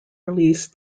released